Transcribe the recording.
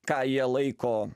ką jie laiko